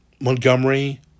Montgomery